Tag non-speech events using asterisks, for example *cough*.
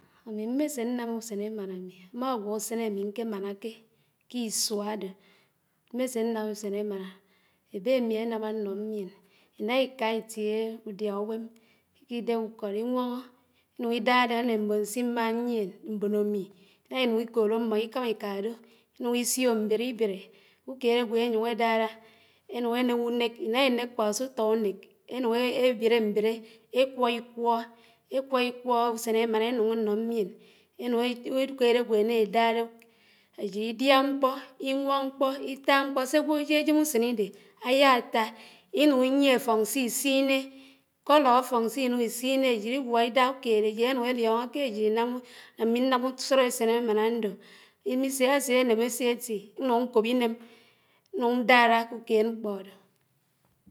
Ámi mmésé ñnám úsén émáná ámi, ámágwó úsén ámi ñkémánáké k'isúá ádó mmésé ñnám úsén émáná, ébémi anám ánnó mién, iná iká itié údiá úwém ikidéb úkód iwónó inún̄ idárá ñne mbón simma n̄yién, mbón ámi iná ínun̄ ikónó ámmó ikámá iká dó, inúñ isoo mbiré ibiré úkéd ágwó ényúñ édárá, énúñ énékùnék, iná inék kwá sútó únék, enúñ ébiré mbiré, ékwó ikwó, ékwó ikwó úsen émáná énúñ énó mién, *hesitation* úkéd agwó éná dárá ájid idiá mkpó, iwóñ mkpó, itá mkpó, ségwó ájéjém úsénídé áyá tá inúñ inyie áfóñ si siné. colour áfóñ sinún isinné ájid igwó idá úkèd ájid énúñ éliónó ké ajid inám- *hesitation* ámi ñnám úsóró úsén émáná ándó *unintelligible* ásé ném étiéti, ñnúñ ñkob iném, ñnúñ ñdárá k'úkéd mkpó ádó.